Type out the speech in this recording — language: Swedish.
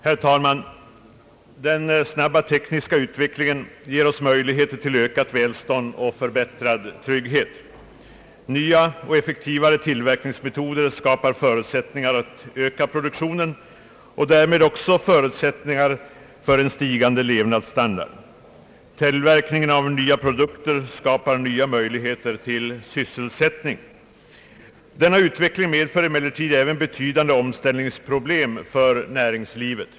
Herr talman! Den snabba tekniska utvecklingen ger oss möjligheter till ökat välstånd och förbättrad trygghet. Nya och effektivare tillverkningsmetoder skapar förutsättningar att öka produktionen och därmed förutsättningar för en stigande levnadsstandard. Till komsten av nya produkter skapar nya möjligheter till sysselsättning. Denna utveckling medför emellertid även betydande omställningsproblem för näringslivet.